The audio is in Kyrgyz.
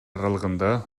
аралыгында